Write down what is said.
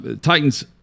Titans